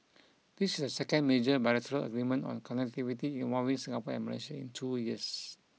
this is the second major bilateral agreement on connectivity involving Singapore and Malaysia in two years